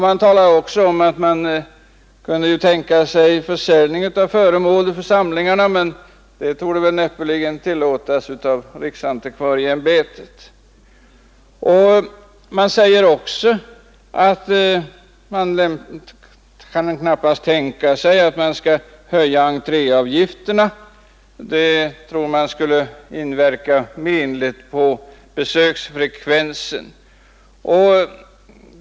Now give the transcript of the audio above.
Man talade också om att man kunde tänka sig försäljning av föremål ur samlingarna, men det torde näppeligen tillåtas av riksantikvarieimbetet. Däremot kan man knappast tänka sig att höja entréavgifterna. Det tror man skulle inverka menligt på besöksfrekvensen.